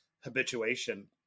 habituation